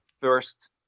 first